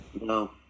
no